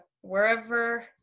Wherever